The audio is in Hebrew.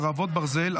חרבות ברזל),